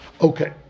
Okay